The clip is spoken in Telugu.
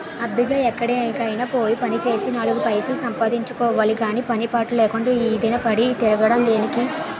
అబ్బిగా ఎక్కడికైనా పోయి పనిచేసి నాలుగు పైసలు సంపాదించుకోవాలి గాని పని పాటు లేకుండా ఈదిన పడి తిరగడం దేనికి?